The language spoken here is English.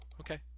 okay